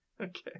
Okay